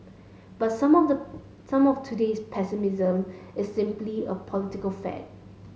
but some of the some of today's pessimism is simply a political fad